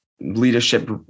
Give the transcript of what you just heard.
leadership